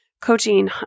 coaching